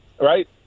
right